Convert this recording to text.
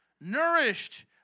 Nourished